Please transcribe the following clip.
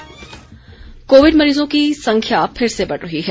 Covid संदेश covid मरीजों की संख्या फिर से बढ़ रही है